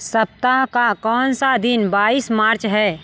सप्ताह का कौन सा दिन बाईस मार्च है